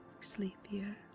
Sleepier